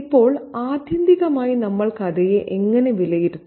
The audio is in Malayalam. ഇപ്പോൾ ആത്യന്തികമായി നമ്മൾ കഥയെ എങ്ങനെ വിലയിരുത്തും